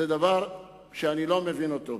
זה דבר שאני לא מבין אותו.